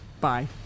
bye